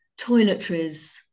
toiletries